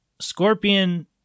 Scorpion